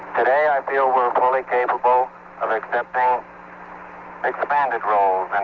today i feel we're fully capable of accepting expanded roles and